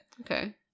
Okay